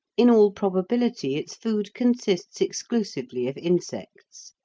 in all probability its food consists exclusively of insects,